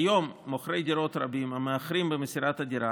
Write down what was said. כיום מוכרי דירות רבים המאחרים במסירת הדירה